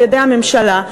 על-ידי הממשלה,